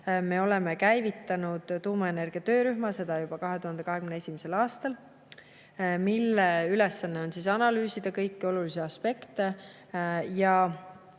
Me oleme käivitanud tuumaenergia töörühma, seda juba 2021. aastal, kelle ülesanne on analüüsida kõiki olulisi aspekte,